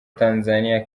tanzania